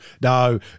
no